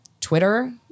Twitter